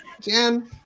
Jan